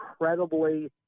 incredibly